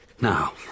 Now